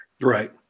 Right